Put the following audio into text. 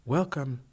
Welcome